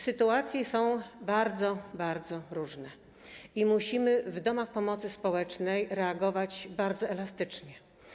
Sytuacje są bardzo, bardzo różne i musimy w domach pomocy społecznej reagować bardzo elastycznie.